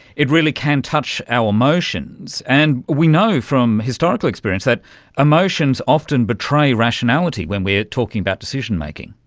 it really can touch our emotions. and we know from historical experience that emotions often betray rationality when we are talking about decision-making.